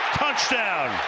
touchdown